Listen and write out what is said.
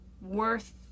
worth